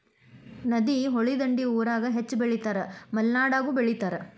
ನದಿ, ಹೊಳಿ ದಂಡಿ ಊರಾಗ ಹೆಚ್ಚ ಬೆಳಿತಾರ ಮಲೆನಾಡಾಗು ಬೆಳಿತಾರ